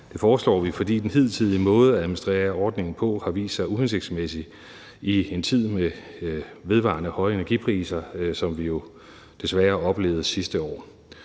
Det foreslår vi, fordi den hidtidige måde at administrere ordningerne på har vist sig uhensigtsmæssig i en tid med vedvarende høje energipriser, som vi jo desværre oplevede sidste år.